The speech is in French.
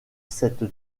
cette